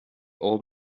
old